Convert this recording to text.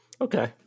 Okay